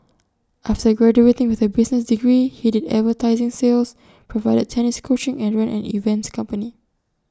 after graduating with A business degree he did advertising sales provided tennis coaching and ran an events company